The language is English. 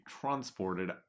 transported